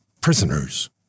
prisoners